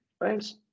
Thanks